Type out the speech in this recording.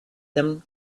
them